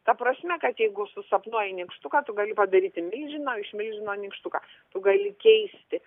ta prasme kad jeigu susapnuoji nykštuką tu gali padaryti milžiną o iš milžino nykštuką tu gali keisti